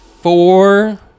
Four